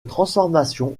transformation